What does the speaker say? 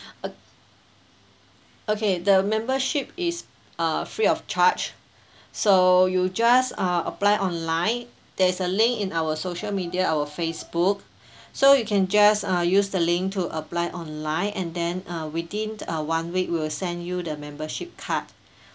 okay the membership is uh free of charge so you just uh apply online there is a link in our social media our facebook so you can just uh use the link to apply online and then uh within uh one week we'll send you the membership card